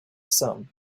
some